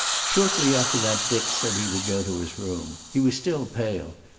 shortly after that dick said he would go to his room. he was still pale,